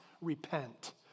repent